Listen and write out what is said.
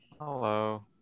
Hello